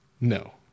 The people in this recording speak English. No